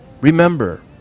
Remember